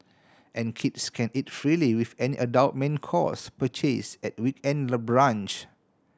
and kids can eat freely with any adult main course purchase at week end the brunch